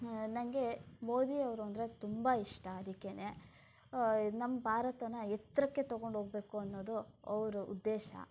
ನನಗೆ ಮೋದಿ ಅವರು ಅಂದರೆ ತುಂಬ ಇಷ್ಟ ಅದಕ್ಕೇನೆ ನಮ್ಮ ಭಾರತನ ಎತ್ತರಕ್ಕೆ ತೊಗೊಂಡೋಗ್ಬೇಕು ಅನ್ನೋದು ಅವರ ಉದ್ದೇಶ